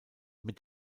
mit